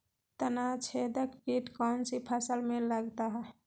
तनाछेदक किट कौन सी फसल में लगता है?